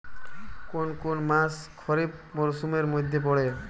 কোন কোন মাস খরিফ মরসুমের মধ্যে পড়ে?